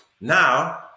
Now